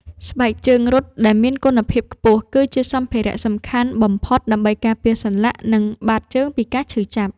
ស្បែកជើងរត់ដែលមានគុណភាពខ្ពស់គឺជាសម្ភារៈសំខាន់បំផុតដើម្បីការពារសន្លាក់ និងបាតជើងពីការឈឺចាប់។